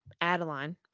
Adeline